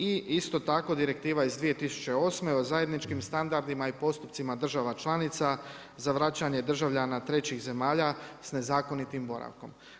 I isto tako Direktiva iz 2008. o zajedničkim standardima i postupcima država članica za vraćanje državljana trećih zemalja s nezakonitim boravkom.